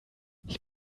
ich